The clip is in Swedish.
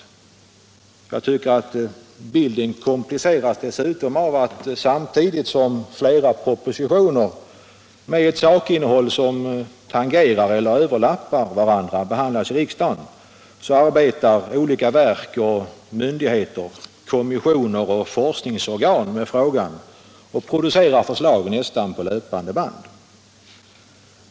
Jag tycker att bilden dessutom kompliceras av att samtidigt som flera propositioner med sakinnehåll som tangerar eller överlappar varandra behandlas i riksdagen, så arbetar olika verk, myndigheter, kommissioner och forskningsorgan med frågan och producerar förslag nästan på löpande band.